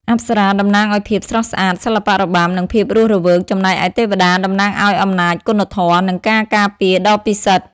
អប្សរាតំណាងឱ្យភាពស្រស់ស្អាត សិល្បៈរបាំ និងភាពរស់រវើក ចំណែកឯទេវតាតំណាងឱ្យអំណាច គុណធម៌ និងការការពារដ៏ពិសិដ្ឋ។